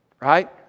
Right